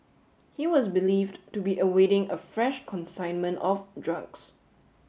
he was believed to be awaiting a fresh consignment of drugs